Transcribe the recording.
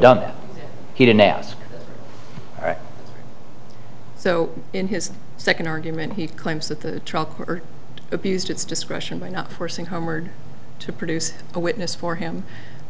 done he didn't ask so in his second argument he claims that the trucker abused its discretion by not forcing homered to produce a witness for him